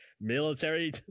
military